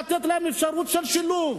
לתת להם אפשרות של שילוב.